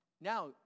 Now